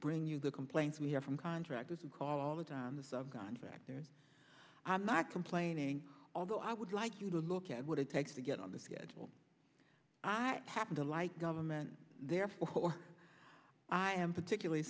bring you the complaints we hear from contractors we call all the time the sub contractors are not complaining although i would like you to look at what it takes to get on the schedule i happen to like government therefore i am particularly